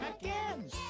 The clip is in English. again